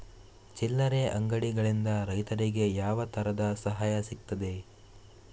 ಚಿಲ್ಲರೆ ಅಂಗಡಿಗಳಿಂದ ರೈತರಿಗೆ ಯಾವ ತರದ ಸಹಾಯ ಸಿಗ್ತದೆ?